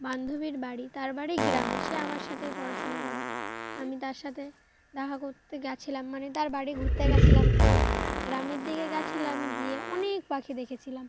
বান্ধবীর বাড়ি তার বাড়ি গ্রামে সে আমার সাথেই পড়াশুনো করে আমি তার সাথে দেখা করতে গিয়েছিলাম মানে তার বাড়ি ঘুরতে গিয়েছিলাম তো গ্রামের দিকে গিয়েছিলাম গিয়ে অনেক পাখি দেখেছিলাম